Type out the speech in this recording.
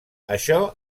això